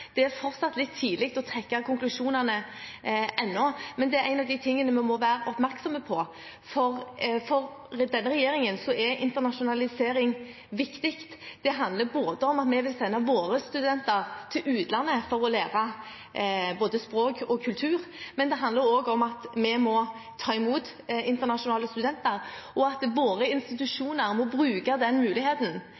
Det er fortsatt litt tidlig å trekke konklusjoner, men det er noe av det vi må være oppmerksomme på. For denne regjeringen er internasjonalisering viktig. Det handler om at vi vil sende våre studenter til utlandet for å lære både språk og kultur, men det handler også om at vi må ta imot internasjonale studenter, og at våre